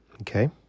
okay